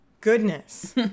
goodness